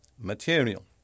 material